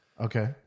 Okay